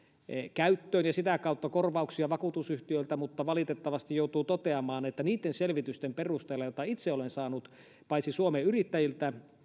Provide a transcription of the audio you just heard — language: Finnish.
käyttöön ja sitä kautta korvauksia vakuutusyhtiöiltä mutta valitettavasti joutuu toteamaan että niitten selvitysten perusteella joita itse olen saanut paitsi suomen yrittäjiltä